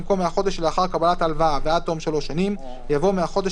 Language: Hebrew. במקום "מהחודש שלאחר קבלת ההלוואה ועד תום שלוש שנים" יבוא "מהחודש